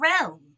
realm